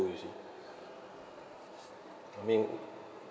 you see I mean